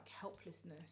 helplessness